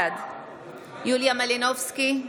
בעד יוליה מלינובסקי,